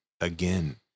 again